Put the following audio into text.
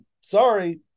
sorry